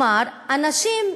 גם במעלה-אדומים,